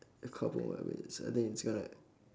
a couple more minutes I think it's gonna